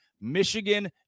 Michigan